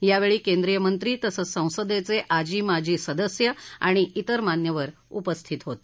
यावेळी केंद्रीय मंत्री तसंच संसदेचे आजी माजी सदस्य आणि तिर मान्यवर उपस्थित होते